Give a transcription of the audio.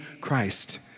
Christ